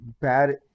bad